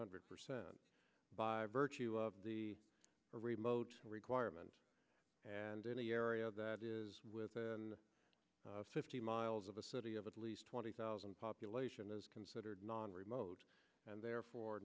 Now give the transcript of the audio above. hundred percent by virtue of the array requirement and any area that is within fifty miles of a city of at least twenty thousand population is considered non remote and therefore